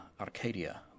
Arcadia